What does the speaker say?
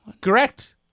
Correct